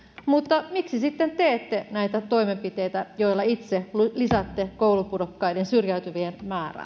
mutta miksi sitten teette näitä toimenpiteitä joilla itse lisäätte koulupudokkaiden syrjäytyvien määrää